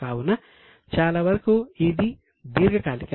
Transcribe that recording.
కావున చాలా వరకు ఇది దీర్ఘకాలికం